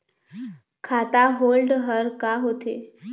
खाता होल्ड हर का होथे?